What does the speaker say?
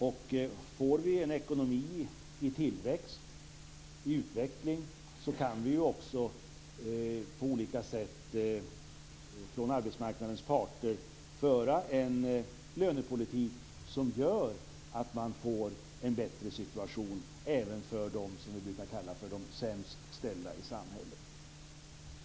Om vi får en ekonomi i tillväxt och utveckling, kan man också på olika sätt från arbetsmarknadens parter föra en lönepolitik som gör att situationen blir bättre även för dem som vi brukar kalla för de sämst ställda i samhället.